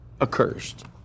accursed